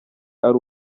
ari